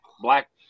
black